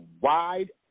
wide